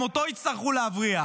גם אותו יצטרכו להבריח.